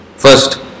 first